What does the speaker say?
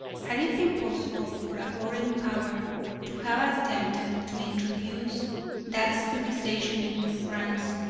had it been possible for a foreign power to have attempted to introduce that civilisation into france,